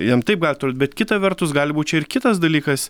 jam taip gali atrodyt bet kita vertus gali būt čia ir kitas dalykas